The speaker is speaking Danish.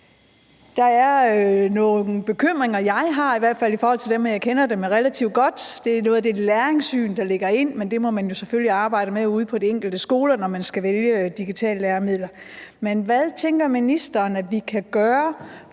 fald nogle bekymringer, jeg har i forhold til dem, og jeg kender dem jo relativt godt, og det er noget af det læringssyn, der ligger, men det må man jo selvfølgelig arbejde med ude på de enkelte skoler, når man skal vælge digitale læremidler. Men hvad tænker ministeren at vi kan gøre